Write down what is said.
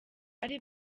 bari